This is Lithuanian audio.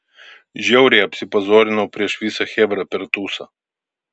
žiauriai apsipazorinau prieš visą chebrą per tūsą